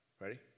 Ready